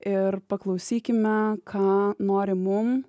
ir paklausykime ką nori mum